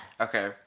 Okay